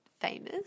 famous